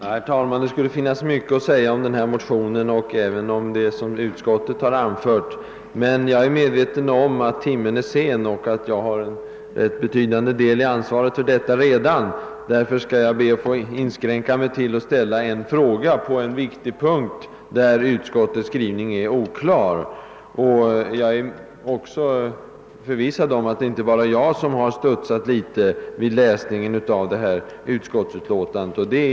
Herr talman! Det skulle finnas mycket att säga om denna motion och även om det som utskottet har anfört. Men jag är medveten om att timmen är sen och att jag har en betydande del av ansvaret för detta redan. Därför ber jag att få inskränka mig till att ställa en fråga på en viktig punkt där utskottets skrivning är oklar. Jag vet att det inte bara är jag som har studsat litet vid läsningen av detta utlåtande.